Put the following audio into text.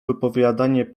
wypowiadanie